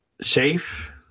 safe